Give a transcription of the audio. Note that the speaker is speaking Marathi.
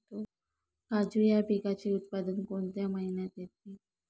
काजू या पिकाचे उत्पादन कोणत्या महिन्यात येते?